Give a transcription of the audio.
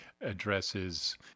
addresses